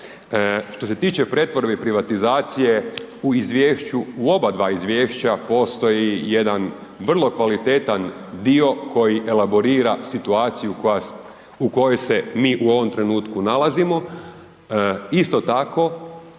Što se tiče pretvorbe i privatizacije, u izvješća, u oba dva izvješća, postoji jedan vrlo kvalitetan dio koji elaborira situaciju u kojoj se mi u ovom trenutku nalazimo. Isto tako,